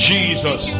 Jesus